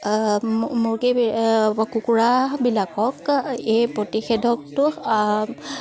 মুৰ্গী কুকুৰাবিলাকক এই প্ৰতিষেধকটো